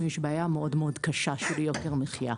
יש בעיה מאוד מאוד קשה של יוקר המחייה.